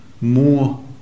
more